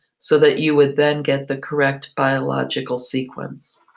so that you would then get the correct biological sequence.